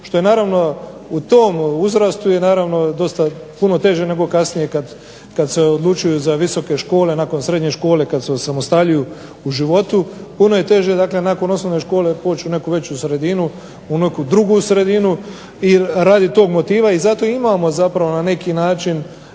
što je naravno u tom uzrastu puno teže nego kasnije kad se odlučuju za visoke škole, nakon srednje škole, kad se osamostaljuju u životu. Puno je teže dakle nakon osnovne škole poći u neku veću sredinu, u neku drugu sredinu i radi tog motiva i zato imamo zapravo na neki način